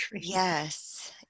Yes